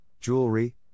jewelry